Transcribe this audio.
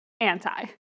Anti